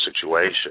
situation